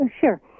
Sure